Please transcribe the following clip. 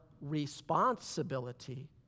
responsibility